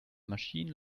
machine